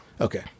Okay